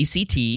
ACT